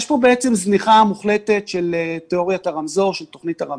יש פה בעצם זניחה מוחלטת של תוכנית הרמזור.